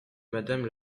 madame